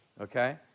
okay